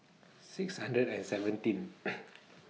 six hundred and seventeen